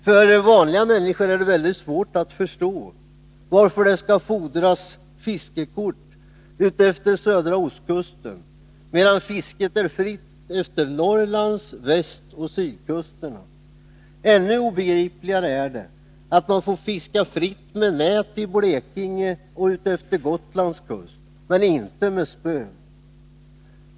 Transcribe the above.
För vanliga människor är det mycket svårt att förstå varför det skall fordras fiskekort utefter södra ostkusten, medan fisket är fritt i Norrland samt efter västoch sydkusterna. Ännu obegripligare är det att man får fiska fritt med nät i Blekinge och utefter Gotlands kust, men inte med spö.